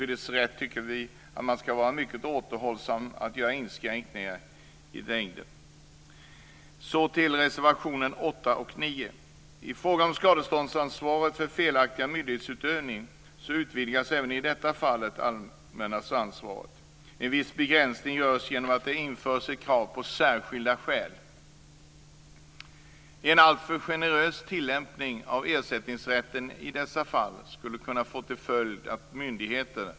I fråga om skadeståndsansvaret för felaktig myndighetsutövning utvidgas även i detta fall det allmännas ansvar.